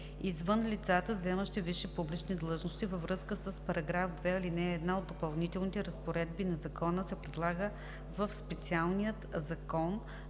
извън лицата, заемащи висши публични длъжности, във връзка с § 2, ал. 1 от Допълнителните разпоредби на Закона се предлага в специалния Закон